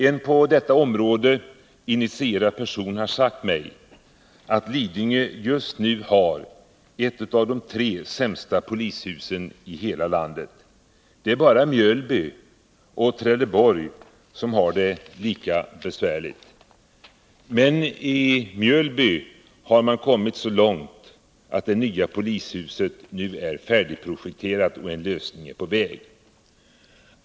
En på detta område initierad person har sagt mig att Lidingö har ett av de tre sämsta polishusen i hela landet. Det är bara Mjölby och Trelleborg som har det lika besvärligt. Men i Mjölby har man kommit så långt att det nya polishuset nu är färdigprojekterat och en lösning är på väg.